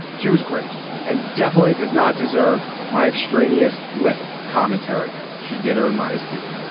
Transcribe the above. she was great and definitely does not deserve my extraneous lip commentary. she did earn my esteem.